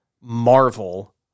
Marvel